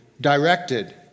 directed